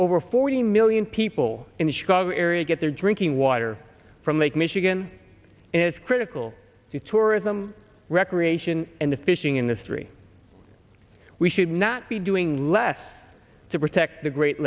over forty million people in the chicago area get their drinking water from lake michigan is critical to tourism recreation and the fishing industry we should not be doing less to protect the great